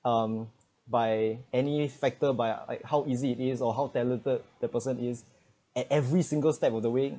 um by any factor by like how easy it is or how talented the person is at every single step of the way